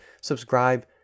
subscribe